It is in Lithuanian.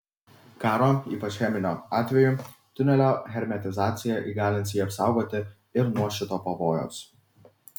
karo ypač cheminio atveju tunelio hermetizacija įgalins jį apsaugoti ir nuo šito pavojaus